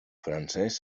francès